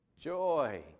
joy